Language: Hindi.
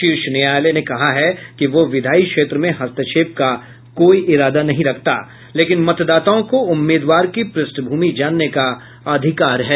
शीर्ष न्यायालय ने कहा कि वह विधायी क्षेत्र में हस्तक्षेप का कोई इरादा नहीं रखता लेकिन मतदाताओं को उम्मीदवार की प्रष्ठभूमि जानने का अधिकार है